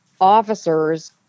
officers